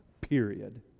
period